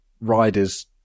riders